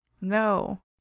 No